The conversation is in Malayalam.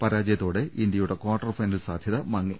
പരാജയത്തോടെ ഇന്ത്യയുടെ കാർട്ടർ ഫൈനൽ സാധ്യത മങ്ങി